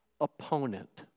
opponent